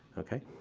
okay.